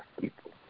people